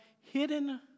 hidden